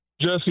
Jesse